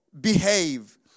behave